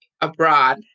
abroad